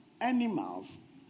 animals